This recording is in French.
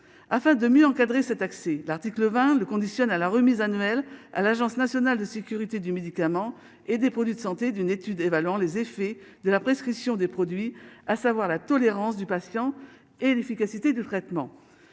afin de mieux encadrer cet accès, l'article 20 le conditionne à la remise annuelle à l'Agence nationale de sécurité du médicament et des produits de santé d'une étude dévalant les effets de la prescription des produits, à savoir la tolérance du patient et l'efficacité de traitements,